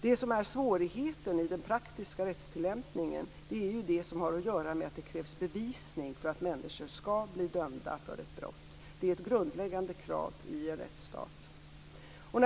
Det som är svårigheten i den praktiska rättstillämpningen är det som har att göra med att det krävs bevisning för att människor skall bli dömda för ett brott. Det är ett grundläggande krav i en rättsstat.